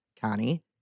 Connie